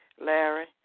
Larry